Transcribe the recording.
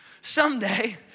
someday